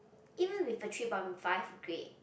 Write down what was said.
even with a three point five grade